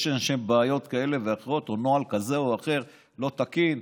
יש שם בעיות כאלה ואחרות או נוהל כזה או אחר לא תקין,